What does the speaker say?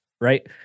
right